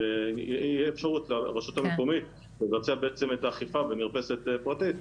שתהיה אפשרות רשות המקומית לבצע אכיפה במרפסת פרטית.